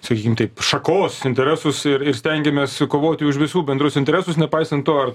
sakykim taip šakos interesus ir ir stengiamės kovoti už visų bendrus interesus nepaisant to ar